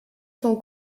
son